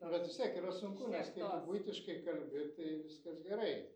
bet vis tiek yra sunku nes kai tu buitiškai kalbi tai viskas gerai